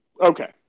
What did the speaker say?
okay